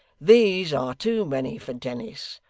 these are too many for dennis.